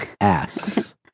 ass